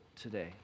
today